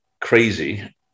crazy